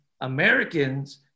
Americans